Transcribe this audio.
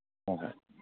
ꯍꯣꯍꯣꯏ